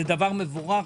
זה דבר מבורך.